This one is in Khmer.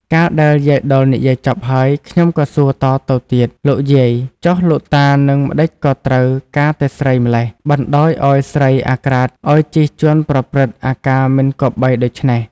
កាលដែលយាយដុលនិយាយចប់ហើយ ខ្ញុំក៏សួរតទៅទៀត "លោកយាយ! ចុះលោកតាហ្នឹងម្តេចក៏ត្រូវ ការតែស្រីម៉្លេះ! បណ្តោយឲ្យស្រីអាក្រាតឲ្យជិះជាន់ប្រព្រឹត្តអាការមិនគប្បីដូច្នេះ?។